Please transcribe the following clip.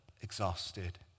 exhausted